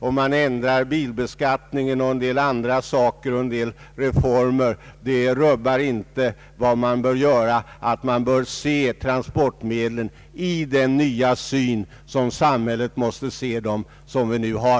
En ändring av bilbeskattningen och en del andra åtgärder ändrar inte på detta förhållande. Man bör se på transportmedlen och deras funktion i relation till det samhälle vi nu har.